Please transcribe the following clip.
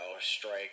strike